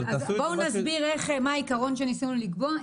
אבל תעשו --- אז בואו נסביר לכם מה העיקרון שניסנו לקבוע,